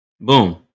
boom